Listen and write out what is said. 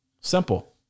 Simple